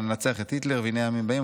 "לנצח את היטלר" ו"הנה ימים באים",